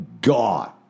God